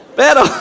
pero